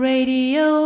Radio